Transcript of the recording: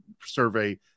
survey